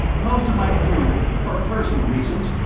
most of my crew, for personal reasons,